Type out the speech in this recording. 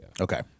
Okay